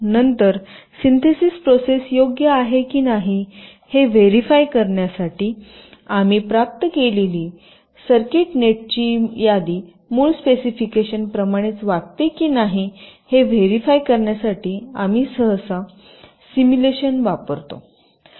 नंतर synthesis process योग्य आहे की नाही हे व्हेरिफाय करण्यासाठी आम्ही प्राप्त केलेली सर्किट नेटची यादी मूळ स्पेसिफिकेशन प्रमाणेच वागते की नाही हे व्हेरिफाय करण्यासाठी आम्ही सहसा सिम्युलेशन वापरतो